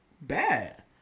bad